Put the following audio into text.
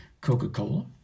Coca-Cola